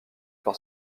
par